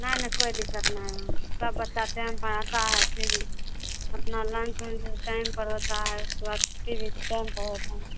ना ना कोई दिक्कत ना यहाँ पे सब बच्चा के हम पढ़ाता है फिर अपना लंच ओंच टाइम पर होता है उसके बाद छुट्टी भी टाइम पर होता है